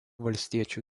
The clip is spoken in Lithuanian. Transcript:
valstiečių